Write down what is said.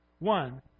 One